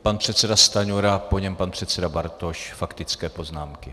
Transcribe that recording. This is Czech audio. Pan předseda Stanjura, po něm pan předseda Bartoš, faktické poznámky.